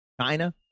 China